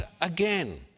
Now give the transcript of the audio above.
again